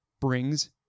brings